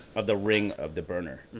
of the ring of the burner,